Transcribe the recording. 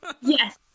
Yes